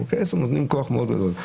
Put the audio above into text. חוקי עזר נותנים כוח מאוד גדול.